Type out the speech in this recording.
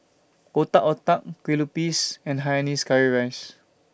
Otak Otak Kue Lupis and Hainanese Curry Rice